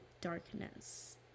darkness